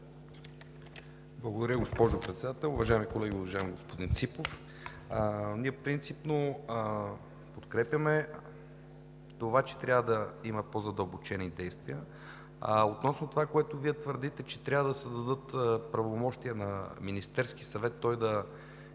Благодаря, госпожо Председател. Уважаеми колеги! Уважаеми господин Ципов, ние принципно подкрепяме това, че трябва да има по-задълбочени действия. Относно това, което Вие твърдите, че трябва да се дадат правомощия на Министерския съвет да